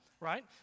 Right